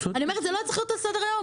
אני אומרת שזה לא צריך להיות על סדר היום.